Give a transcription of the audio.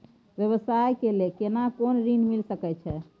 व्यवसाय ले केना कोन ऋन मिल सके छै?